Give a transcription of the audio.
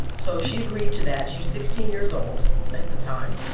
so she agreed to that. she was sixteen years old at the time.